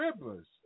rivers